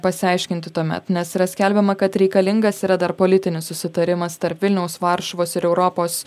pasiaiškinti tuomet nes yra skelbiama kad reikalingas yra dar politinis susitarimas tarp vilniaus varšuvos ir europos